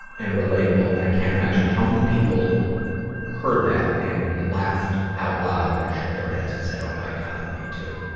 and relatable. and i can't imagine how many people heard that and laughed out loud and shook their heads and said, oh my god. me, too.